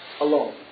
alone